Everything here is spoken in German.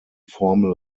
formel